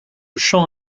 champ